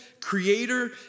creator